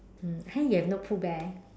mm !huh! you have no pooh bear